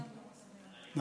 ודורות באים.